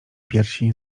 piersi